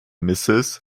mrs